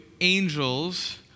angels